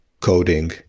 coding